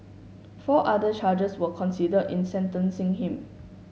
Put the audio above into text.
four other charges were considered in sentencing him